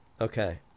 Okay